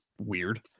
weird